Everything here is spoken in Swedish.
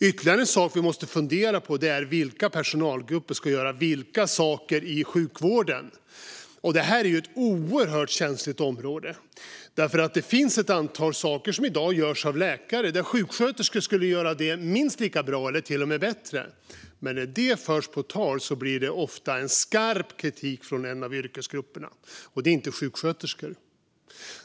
Ytterligare en sak vi måste fundera på är vilka personalgrupper som ska göra vilka saker i sjukvården. Detta är ett oerhört känsligt område. Det finns ett antal saker som i dag görs av läkare, som sjuksköterskor skulle göra minst lika bra eller till och med bättre. Men när detta förs på tal kommer det ofta skarp kritik från en av yrkesgrupperna - och det är inte sjuksköterskorna.